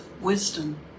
wisdom